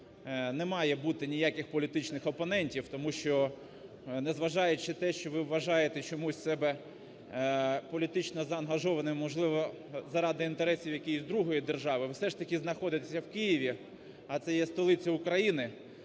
не має бути ніяких політичних опонентів, тому що, незважаючи на те, що ви вважаєте себе чомусь політично заангажованим, можливо, заради інтересів якоїсь другої держави. Ви все ж таки знаходитесь в Києві, а це є столиця України